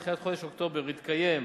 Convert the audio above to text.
בתחילת חודש אוקטובר התקיים בסח'נין,